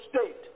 state